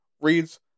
reads